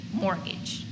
mortgage